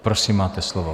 Prosím, máte slovo.